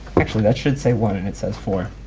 actually that should say one and it says four.